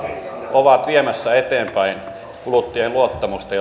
ovat viemässä eteenpäin kuluttajien luottamusta